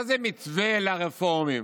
מה זה "מתווה לרפורמים"?